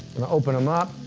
gonna open em up,